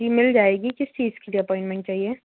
जी मिल जाएगी किस चीज़ के लिए अपॉइन्ट्मन्ट चाहिए